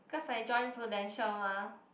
cause I join Prudential mah